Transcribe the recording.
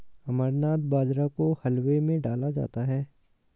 अमरनाथ बाजरा को हलवे में डाला जाता है